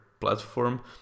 platform